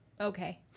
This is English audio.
Okay